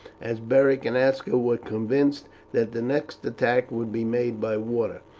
as beric and aska were convinced that the next attack would be made by water,